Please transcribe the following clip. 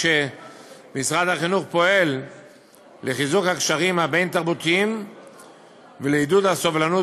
שהם יתקשרו דרכו פעם בחודש למספר אחד ויחיד ידוע מראש.